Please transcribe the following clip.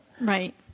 Right